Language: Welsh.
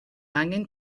angen